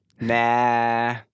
Nah